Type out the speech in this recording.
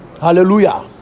Hallelujah